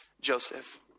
Joseph